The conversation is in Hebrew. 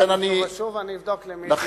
צלצלנו שוב ושוב ואני אבדוק למי צלצלו.